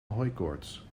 hooikoorts